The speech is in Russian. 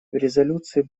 резолюции